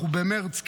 אנחנו במרץ,